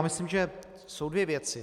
Myslím, že jsou dvě věci.